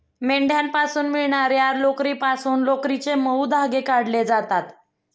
मेंढ्यांपासून मिळणार्या लोकरीपासून लोकरीचे मऊ धागे काढले जातात